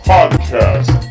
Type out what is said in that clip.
Podcast